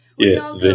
Yes